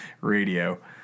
radio